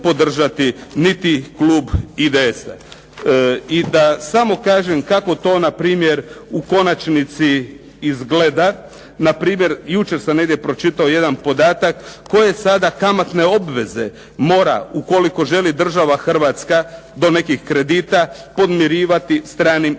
niti klub IDS-a. I da samo kažem kako to npr. u konačnici izgleda. Npr. jučer sam negdje pročitao jedan podatak koje sada kamatne obveze mora ukoliko želi država Hrvatska do nekih kredita, podmirivati stranim